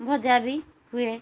ଭଜା ବି ହୁଏ